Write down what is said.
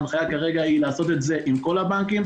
ההנחיה כרגע היא לעשות את זה עם כל הבנקים.